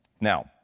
Now